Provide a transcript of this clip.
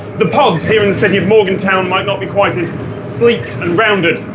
the pods here in the city of morgantown might not be quite as sleek and rounded.